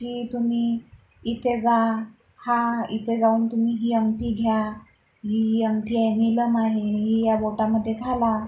की तुम्ही इथे जा हा इथे जाऊन तुम्ही ही अंगठी घ्या ही अंगठी आय नीलम आहे ही या बोटामध्ये घाला